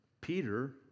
Peter